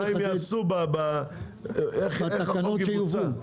מה הם יעשו, איך החוק יבוצע.